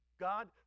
God